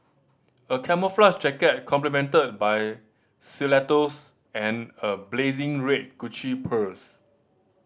a camouflage jacket complemented by stilettos and a blazing red Gucci purse